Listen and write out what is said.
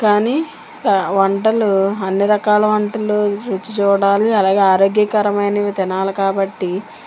కానీ వంటలు అన్ని రకాల వంటలు రుచి చూడాలి అలాగే ఆరోగ్యకరమైనవి తినాలి కాబట్టి